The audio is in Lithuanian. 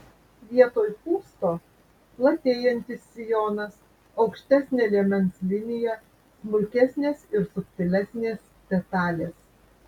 vietoj pūsto platėjantis sijonas aukštesnė liemens linija smulkesnės ir subtilesnės detalės